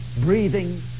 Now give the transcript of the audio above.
breathing